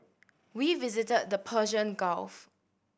we visited the Persian Gulf